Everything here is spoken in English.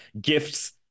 gifts